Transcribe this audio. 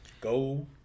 Go